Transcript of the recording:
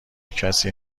کسی